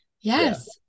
Yes